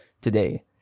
today